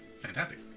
fantastic